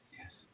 Yes